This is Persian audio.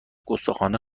گستاخانه